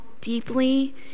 deeply